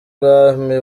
bwami